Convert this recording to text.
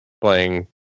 playing